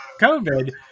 COVID